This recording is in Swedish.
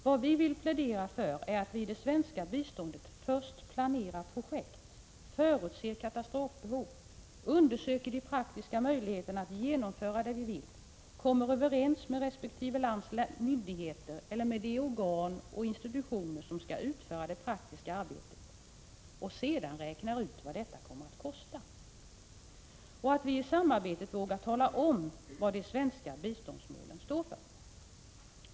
Vad vi vill plädera för är att vi i det svenska biståndet först planerar projekt, förutser katastrofbehov, undersöker de praktiska möjligheterna att genomföra det vi vill, kommer överens med resp. lands myndigheter eller med de organ och institutioner som skall utföra det praktiska arbetet och att vi sedan räknar ut vad detta kommer att kosta och att vi i samarbetet vågar tala om vad de svenska biståndsmålen står för.